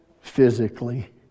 physically